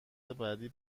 بعدی